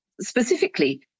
specifically